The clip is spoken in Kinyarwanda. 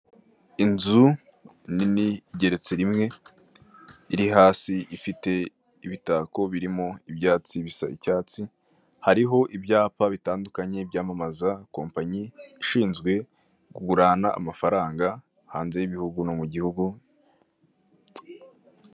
Inzu nini igeretse rimwe iri hasi ifite ibitako birimo ibyatsi bisa icyatsi, hariho ibyapa bitandukanye byamamaza kompanyi ishinzwe ku gurana amafaranga hanze y'ibihugu no mu gihugu.